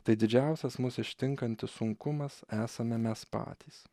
tai didžiausias mus ištinkantis sunkumas esame mes patys